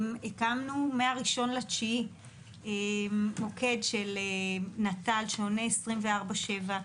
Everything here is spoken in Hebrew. הקמנו מה-1 בספטמבר מוקד של נט"ל שעונה 24/7,